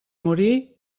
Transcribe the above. morir